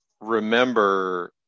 remember